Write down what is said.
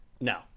No